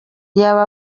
yaba